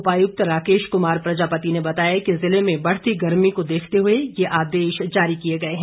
उपायुक्त राकेश कुमार प्रजापति ने बताया है कि जिले में बढ़ती गर्मी को देखते हुए ये आदेश जारी किए गए हैं